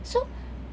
so